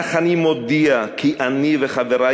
אך אני מודיע שאני וחברי,